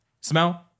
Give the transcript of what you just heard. Smell